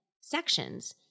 sections